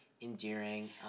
endearing